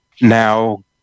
Now